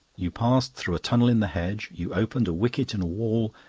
you passed through a tunnel in the hedge, you opened a wicket in a wall,